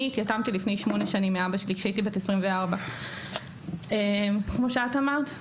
אני התייתמתי לפני שמונה שנים מאבא שלי כשהייתי בת 24. כמו שאת אמרת,